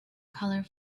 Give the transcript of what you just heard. color